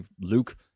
Luke